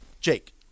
Jake